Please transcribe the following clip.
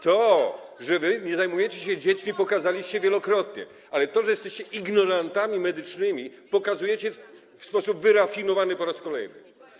To, że wy nie zajmujecie się dziećmi, pokazaliście wielokrotnie, ale to, że jesteście ignorantami medycznymi, pokazujecie w sposób wyrafinowany po raz kolejny.